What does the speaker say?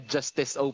Justice